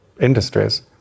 industries